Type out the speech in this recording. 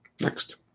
Next